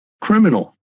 criminal